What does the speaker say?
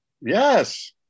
Yes